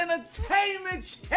Entertainment